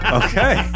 okay